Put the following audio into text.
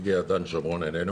הגיע דן שומרון אלינו